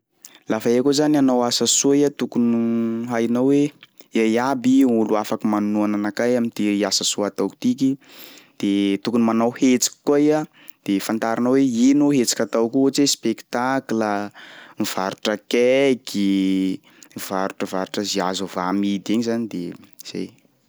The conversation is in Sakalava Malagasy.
Lafa iha koa zany hanao asa soa iha tokony ho hainao hoe ia iaby olo afaky manohana anakay am'ty asa soa ataoko tiky de tokony manao hetsiky koa iha de fantarinao hoe ino hetsika ataoko ohatsy hoe spectacle a, mivarotra cake i, mivarotravarotra zay azo ava- amidy egny zany de zay e.